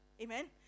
Amen